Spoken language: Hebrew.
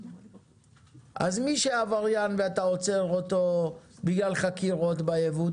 אז מי שעבריין ואתה עוצר אותו בגלל חקירות ביבוא,